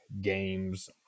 games